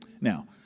Now